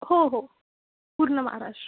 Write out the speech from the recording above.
हो हो पूर्ण मआराश